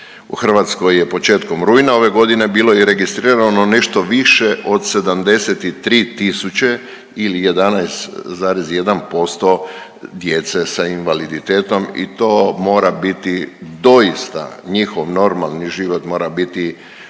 U Hrvatskoj je početkom rujna ove godine bilo i registrirano nešto više od 73 000 ili 11,1% djece sa invaliditetom i to mora biti doista njihov normalni život mora biti